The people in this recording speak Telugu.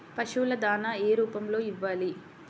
పశువుల దాణా ఏ రూపంలో ఇవ్వాలి?